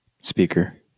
Speaker